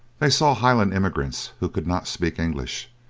they saw highland immigrants who could not speak english,